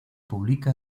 publica